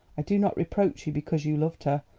i do not reproach you because you loved her,